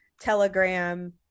Telegram